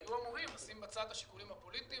שהיו אמורים להשים בצד את השיקולים הפוליטיים,